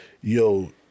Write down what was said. yo